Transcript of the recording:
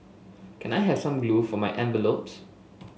can I have some glue for my envelopes